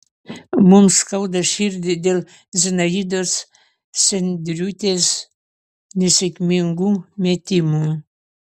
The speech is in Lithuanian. mums skauda širdį dėl zinaidos sendriūtės nesėkmingų metimų